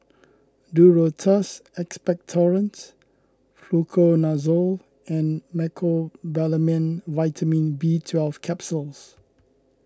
Duro Tuss Expectorant Fluconazole and Mecobalamin Vitamin B Twelve Capsules